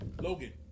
Logan